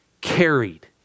carried